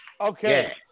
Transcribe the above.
Okay